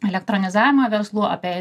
elektronizavimą verslų apie